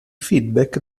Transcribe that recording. feedback